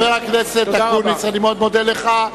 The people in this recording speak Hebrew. חבר הכנסת אקוניס, אני מאוד מודה לך.